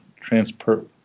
transport